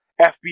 FBI